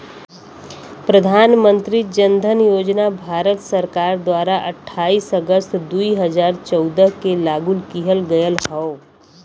प्रधान मंत्री जन धन योजना भारत सरकार द्वारा अठाईस अगस्त दुई हजार चौदह के लागू किहल गयल हौ